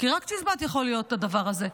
כי רק צ'יזבט יכול להיות הדבר הזה.